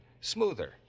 smoother